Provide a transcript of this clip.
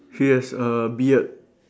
he has a beard